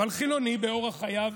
אבל חילוני באורח חייו,